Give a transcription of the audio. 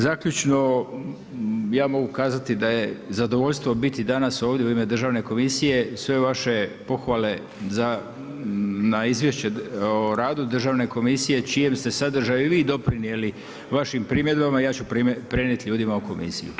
Zaključno, ja mogu kazati da je zadovoljstvo biti danas ovdje u ime Državne komisije, sve vaše pohvale na izvješće o radu Državne komisije čijem ste sadržaju i vi doprinijeli vašim primjedbama i ja ću prenijeti ljudima u komisiji.